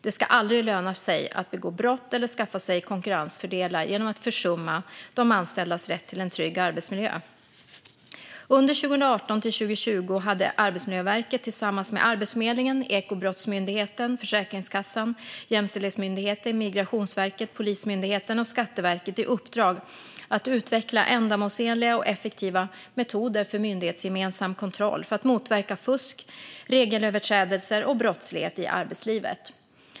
Det ska aldrig löna sig att begå brott eller skaffa sig konkurrensfördelar genom att försumma de anställdas rätt till en trygg arbetsmiljö. Under 2018-2020 hade Arbetsmiljöverket tillsammans med Arbetsförmedlingen, Ekobrottsmyndigheten, Försäkringskassan, Jämställdhetsmyndigheten, Migrationsverket, Polismyndigheten och Skatteverket i uppdrag att utveckla ändamålsenliga och effektiva metoder för myndighetsgemensam kontroll för att motverka fusk, regelöverträdelser och brottslighet i arbetslivet.